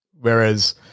Whereas